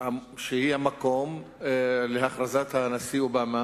כמקום להכרזת הנשיא אובמה